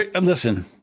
listen